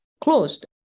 closed